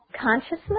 consciousness